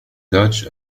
dutch